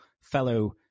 fellow